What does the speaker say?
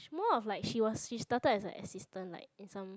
more of like she was she started as a assistant like in some